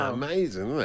amazing